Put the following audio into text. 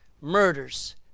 murders